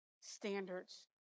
standards